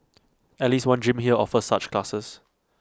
at least one gym here offer such classes